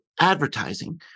advertising